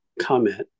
comment